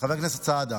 חבר הכנסת סעדה,